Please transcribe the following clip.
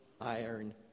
iron